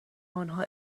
آنها